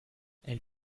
elle